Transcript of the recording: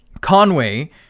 Conway